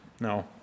No